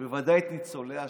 בבקשה.